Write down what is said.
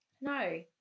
no